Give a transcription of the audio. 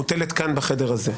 מוטלת כאן בחדר הזה.